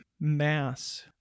mass